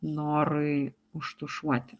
norui užtušuoti